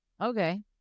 okay